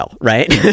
right